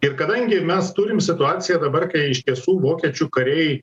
ir kadangi mes turim situaciją dabar kai iš tiesų vokiečių kariai